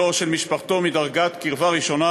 שלו או של משפחתו מדרגת קרבה ראשונה,